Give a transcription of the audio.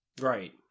Right